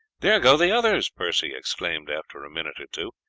there go the others! percy exclaimed after a minute or two,